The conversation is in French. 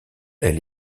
elle